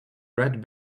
red